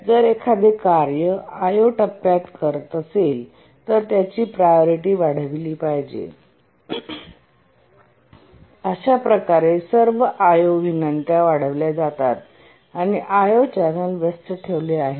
जर एखादे कार्य I O टप्प्यात करत असेल तर त्याची प्रायोरिटी वाढविली पाहिजे आणि अशा प्रकारे सर्व I O विनंत्या वाढवल्या जातात आणि I O चॅनेल व्यस्त ठेवले आहेत